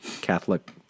Catholic